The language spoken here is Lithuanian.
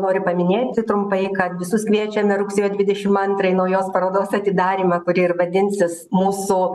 noriu paminėti trumpai kad visus kviečiame rugsėjo dvidešimt antrą į naujos parodos atidarymą kuri ir vadinsis mūsų